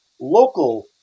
local